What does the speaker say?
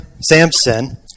Samson